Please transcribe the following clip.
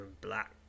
black